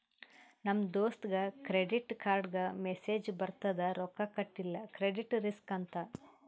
ನಮ್ ದೋಸ್ತಗ್ ಕ್ರೆಡಿಟ್ ಕಾರ್ಡ್ಗ ಮೆಸ್ಸೇಜ್ ಬರ್ತುದ್ ರೊಕ್ಕಾ ಕಟಿಲ್ಲ ಕ್ರೆಡಿಟ್ ರಿಸ್ಕ್ ಅಂತ್